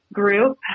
group